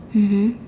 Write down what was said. mmhmm